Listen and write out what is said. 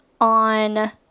on